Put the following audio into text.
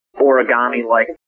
origami-like